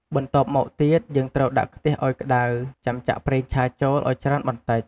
បន្ទាប់មកទៀត យើងត្រូវដាក់ខ្ទះឱ្យក្តៅ ចាំចាក់ប្រេងឆាចូលឱ្យច្រើនបន្តិច។